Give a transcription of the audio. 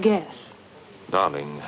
yes darling